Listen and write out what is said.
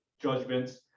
judgments